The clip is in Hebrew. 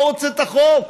לא רוצה את החוק,